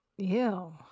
Ew